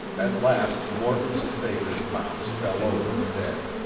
at last morton's and baker's mounts fell over dead.